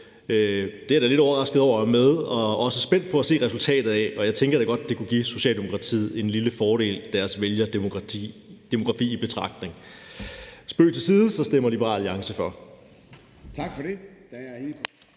Det er jeg da lidt overrasket over er med og også spændt på at se resultatet af. Jeg tænker da godt, det kunne give Socialdemokratiet en lille fordel, deres vælgerdemografi taget i betragtning. Spøg til side. Liberal Alliance